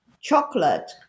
chocolate